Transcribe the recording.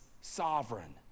sovereign